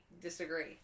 disagree